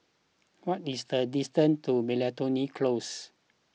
what is the distance to Miltonia Close